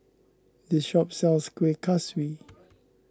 this shop sells Kueh Kaswi